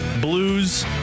Blues